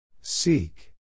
Seek